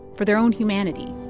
for their own humanity